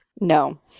no